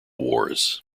wars